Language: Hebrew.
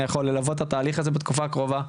יכול ללוות את התהליך הזה בתקופה הקרובה,